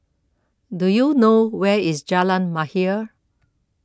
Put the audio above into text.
do you know where is Jalan Mahir